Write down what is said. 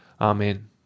Amen